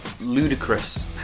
ludicrous